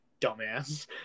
dumbass